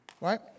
right